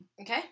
Okay